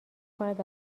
کند